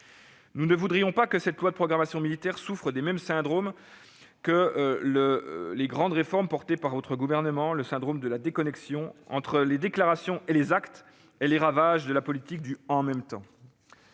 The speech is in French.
Nous ne voudrions pas que cette loi de programmation militaire souffre des mêmes syndromes que les grandes réformes portées par votre gouvernement, à savoir le syndrome de la déconnexion entre les déclarations et les actes et les ravages de la politique du « en même temps ».